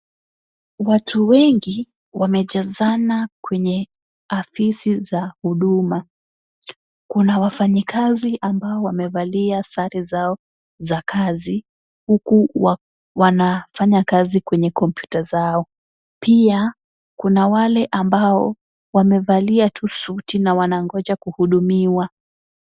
Watu wengi wamejazana kwenye afisi za huduma. Kuna wafanyikazi ambao wamevalia sare zao za kazi, huku wanafanya kazi kwenye kompyuta zao. Pia, kuna wale ambao wamevalia tu suti, na wanangoja kuhudumiwa.